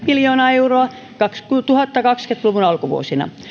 miljoonaa euroa kaksituhattakaksikymmentä luvun alkuvuosina